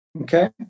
Okay